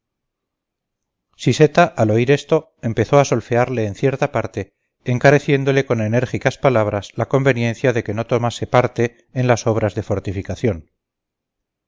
siseta al oír esto empezó a solfearle en cierta parte encareciéndole con enérgicas palabras la conveniencia de que no tomase parte en las obras de fortificación